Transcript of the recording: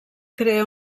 crea